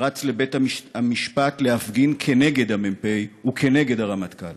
רץ לבית-המשפט להפגין כנגד המ"פ וכנגד הרמטכ"ל.